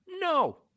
No